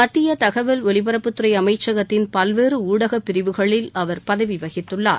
மத்திய தகவல் ஒலிபரப்புத்துறை அமைச்சகத்தின் பல்வேறு ஊடகப்பிரிவுகளில் அவர் பதவி வகித்துள்ளார்